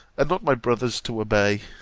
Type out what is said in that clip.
and not my brother's, to obey.